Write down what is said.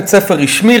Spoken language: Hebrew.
בית-ספר רשמי,